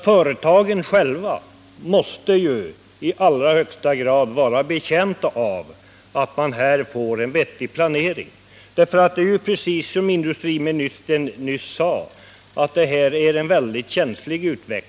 Företagen själva måste ju i allra högsta grad vara betjänta av att få en vettig planering. Som industriministern sade rör det sig ju om mycket känsliga frågor.